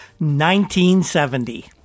1970